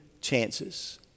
chances